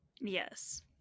Yes